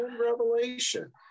revelation